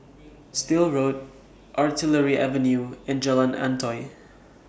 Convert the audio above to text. Still Road Artillery Avenue and Jalan Antoi